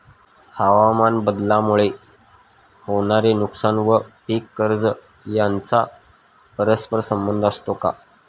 हवामानबदलामुळे होणारे नुकसान व पीक कर्ज यांचा परस्पर संबंध असतो का?